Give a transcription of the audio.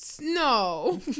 no